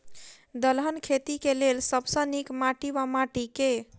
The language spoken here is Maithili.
दलहन खेती केँ लेल सब सऽ नीक माटि वा माटि केँ?